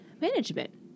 management